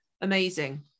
Amazing